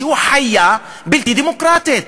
שהוא חיה בלתי דמוקרטית,